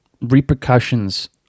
repercussions